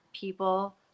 people